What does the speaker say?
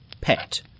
pet